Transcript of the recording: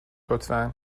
لطفا